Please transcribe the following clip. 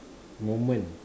moment